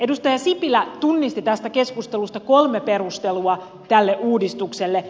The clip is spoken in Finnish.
edustaja sipilä tunnisti tästä keskustelusta kolme perustelua tälle uudistukselle